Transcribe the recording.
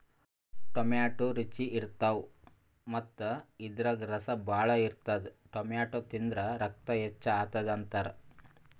tomato ರುಚಿ ಇರ್ತವ್ ಮತ್ತ್ ಇದ್ರಾಗ್ ರಸ ಭಾಳ್ ಇರ್ತದ್ ಟೊಮ್ಯಾಟೋ ತಿಂದ್ರ್ ರಕ್ತ ಹೆಚ್ಚ್ ಆತದ್ ಅಂತಾರ್